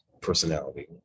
personality